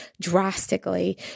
drastically